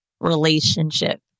relationship